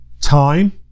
time